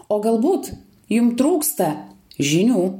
o galbūt jum trūksta žinių